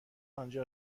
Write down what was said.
آنجا